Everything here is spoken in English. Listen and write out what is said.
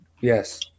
Yes